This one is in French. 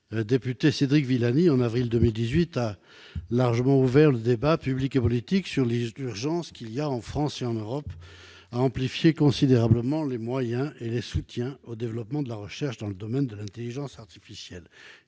député Cédric Villani a largement ouvert le débat public et politique, sur l'urgence qu'il y a, en France et en Europe, à amplifier considérablement les moyens et le soutien au développement de la recherche dans le domaine de l'intelligence artificielle.